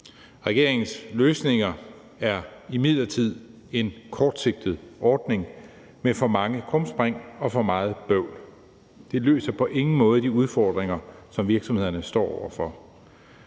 Regeringens løsning er imidlertid en kortsigtet ordning med for mange krumspring og for meget bøvl. Det løser på ingen måde de udfordringer, som virksomhederne står over for.